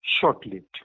short-lived